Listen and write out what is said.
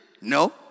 No